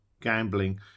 Gambling